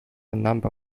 number